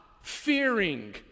fearing